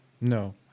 No